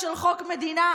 של חוק מדינה".